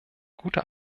guter